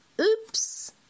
oops